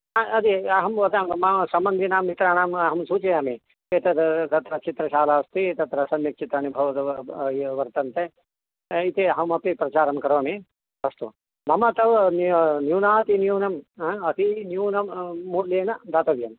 आ यदि अहं वदामः मम सम्बन्धिनां मित्राणाम् अहं सूचयामि एतद् तत्र चित्रशाला अस्ति तत्र सम्यक् चित्राणि बहवः एव वर्तन्ते इति अहमपि प्रचारं करोमि अस्तु मम तव न्यूनातिन्यूनम् अति न्यूनं मूल्येन दातव्यं